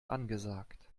angesagt